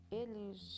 eles